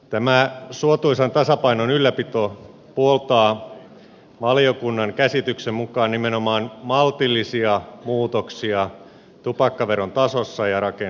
tämä suotuisan tasapainon ylläpito puoltaa valiokunnan käsityksen mukaan nimenomaan maltillisia muutoksia tupakkaveron tasossa ja rakenteessa